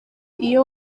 iyo